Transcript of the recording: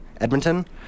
Edmonton